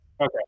Okay